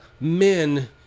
men